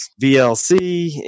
VLC